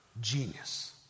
genius